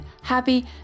happy